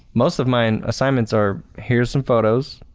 most of my assignments are, here's some photos,